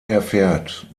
erfährt